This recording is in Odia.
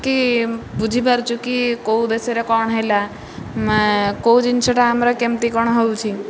କି ବୁଝିପାରୁଛୁ କି କେଉଁ ଦେଶରେ କ'ଣ ହେଲା କେଉଁ ଜିନିଷଟା ଆମର କେମିତି କ'ଣ ହେଉଛି